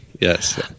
yes